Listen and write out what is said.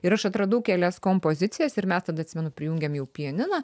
ir aš atradau kelias kompozicijas ir mes tada atsimenu prijungėm jau pianiną